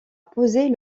poser